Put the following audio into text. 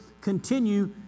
continue